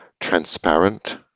transparent